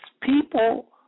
people